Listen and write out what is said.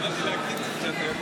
ששש.